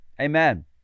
amen